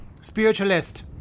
Spiritualist